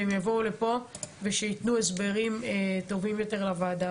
שהם יבואו לפה ושייתנו הסברים טובים יותר לוועדה.